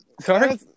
Sorry